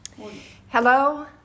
Hello